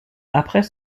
après